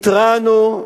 התרענו,